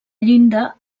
llinda